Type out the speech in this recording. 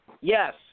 Yes